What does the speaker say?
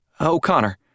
O'Connor